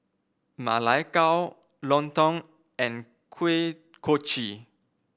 Ma Lai Gao lontong and Kuih Kochi